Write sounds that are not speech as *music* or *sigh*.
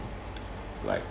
*noise* like